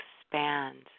expand